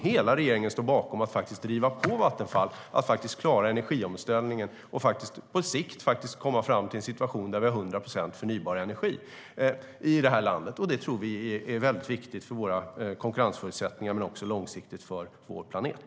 Hela regeringen står bakom att driva på Vattenfall för att klara energiomställningen och på sikt komma fram till en situation där vi har 100 procent förnybar energi i det här landet. Det tror vi är väldigt viktigt för våra konkurrensförutsättningar men också långsiktigt för vår planet.